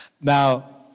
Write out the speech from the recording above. Now